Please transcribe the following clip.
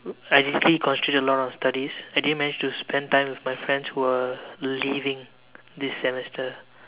I usually concentrate a lot on studies I didn't manage to spend time with my friends who were leaving this semester